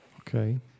Okay